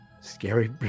scary